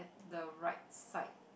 the right side